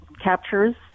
captures